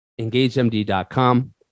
engagemd.com